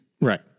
right